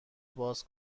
باز